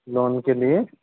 loan के लिए